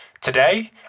Today